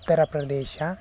Uttar Pradesh